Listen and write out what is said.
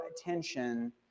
attention